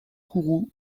kourou